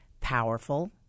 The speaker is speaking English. powerful